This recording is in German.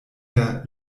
der